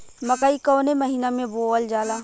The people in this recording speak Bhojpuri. मकई कवने महीना में बोवल जाला?